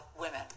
women